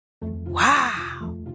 Wow